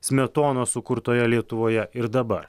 smetonos sukurtoje lietuvoje ir dabar